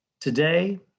Today